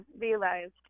realized